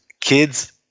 kids